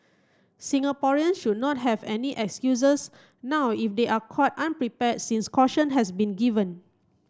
Singaporean should not have any excuses now if they are caught unprepared since caution has been given